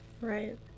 Right